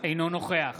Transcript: אינו נוכח